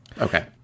Okay